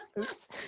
Oops